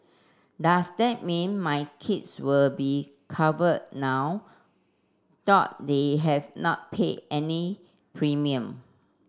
does that mean my kids will be covered now though they have not paid any premium